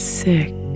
sick